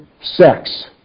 sex